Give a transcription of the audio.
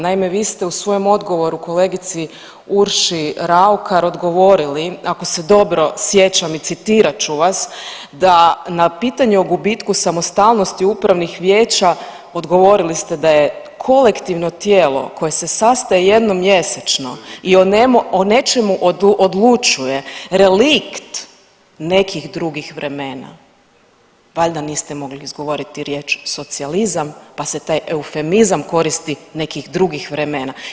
Naime, vi ste u svojem odgovoru kolegici Urši Raukar odgovorili ako se dobro sjećam i citirat ću vas da na pitanju o gubitku samostalnosti upravnih vijeća odgovorili ste da je kolektivno tijelo koje se sastaje jednom mjesečno i o nečemu odlučuje relikt nekih drugih vremena, valjda niste mogli izgovoriti riječ socijalizam, pa se taj eufemizam koristi nekih drugih vremena.